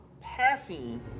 passing